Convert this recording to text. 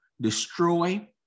destroy